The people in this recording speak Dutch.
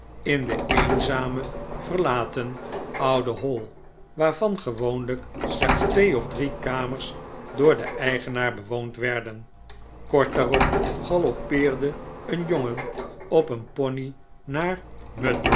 in de eenzame verlaten oude hall waarvan gewoonlijk slechts twee of drie kamers door den eigenaar bewoond werden kort daarop galoppeerde een jongen op een pony naar